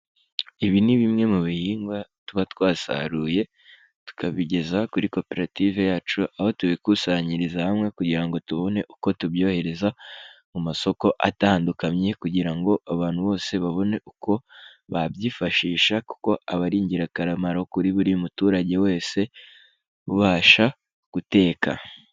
Ibi ni bimwe mu bihingwa tuba twasaruye tukabigeza kuri koperative yacu aho tubikusanyiriza hamwe kugira ngo tubone uko tubyohereza mu masoko atandukanye kugira ngo abantu bose babone uko babyifashisha kuko aba ari ingirakamaro kuri buri muturage wese ubasha guteka.